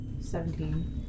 Seventeen